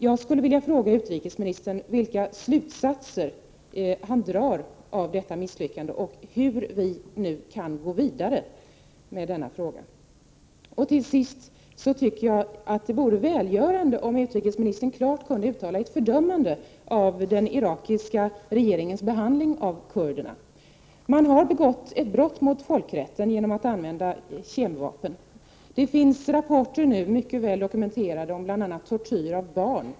Jag vill fråga utrikesministern vilka slutsatser han drar av detta misslyckande och hur vi nu kan gå vidare med denna fråga. Jag tycker slutligen att det vore mycket välgörande om utrikesministern klart kunde uttala ett fördömande av den irakiska regeringens behandling av kurderna. Man har begått ett brott mot folkrätten genom att använda kemiska vapen. Det finns nu mycket väl dokumenterade rapporter om bl.a. tortyr av barn.